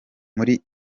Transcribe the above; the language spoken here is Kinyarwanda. muri